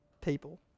people